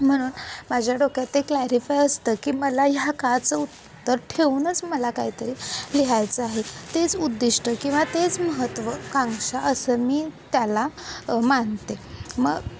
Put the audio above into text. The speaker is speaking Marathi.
म्हणून माझ्या डोक्यात ते क्लॅरीफाय असतं की मला ह्या काचं उत्तर ठेवूनच मला काहीतरी लिहायचं आहे तेच उद्दिष्ट किंवा तेच महत्त्वाकांक्षा असं मी त्याला मानते मग